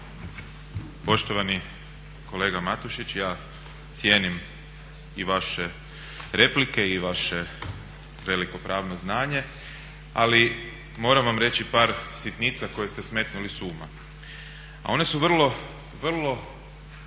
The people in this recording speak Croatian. Poštovani kolega Matušić, ja cijenim i vaše replike i vaše veliko pravno znanje, ali moram vam reći par sitnica koje ste smetnuli s uma, a one su vrlo, vrlo